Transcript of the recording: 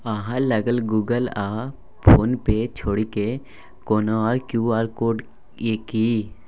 अहाँ लग गुगल आ फोन पे छोड़िकए कोनो आर क्यू.आर कोड यै कि?